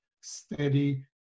steady